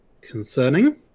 concerning